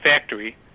factory